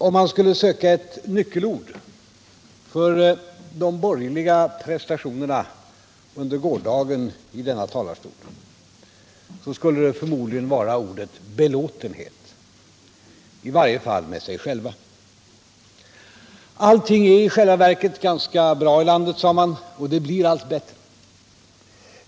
Om man skulle söka ett nyckelord för de borgerliga prestationerna i denna talarstol under gårdagen, skulle det förmodligen vara belåtenhet, i varje fall med sig själva. Allting är i själva verket ganska bra i landet, sade man, och det blir allt bättre.